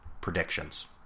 predictions